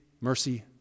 mercy